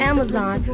Amazon